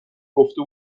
گفته